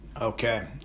Okay